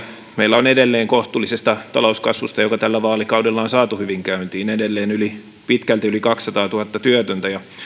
meillä on huolimatta kohtuullisesta talouskasvusta joka tällä vaalikaudella on saatu hyvin käyntiin edelleen pitkälti yli kaksisataatuhatta työtöntä ja